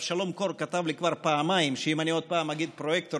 אבשלום קור כתב לי כבר פעמיים שאם אני עוד פעם אגיד "פרויקטור",